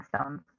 stones